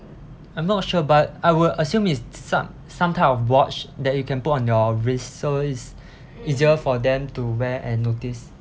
I'm not sure but I would assume it's some some type of watch that you can put on your wrist so it's easier for them to wear and notice